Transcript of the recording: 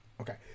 Okay